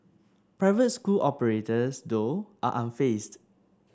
private school operators though are unfazed